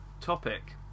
topic